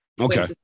okay